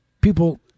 people